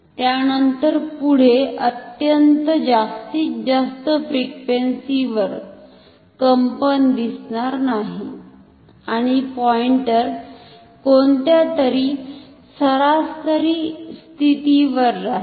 त्यानंतर पुढे अत्यंत जास्तीत जास्त फ्रिक्वेन्सी वर कंपन दिसणार नाही आणि पॉईंटर कोणत्यातरी सरासरी स्थिती वर राहील